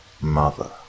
mother